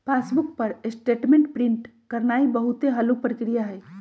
passbook पर statement print करानाइ बहुते हल्लुक प्रक्रिया हइ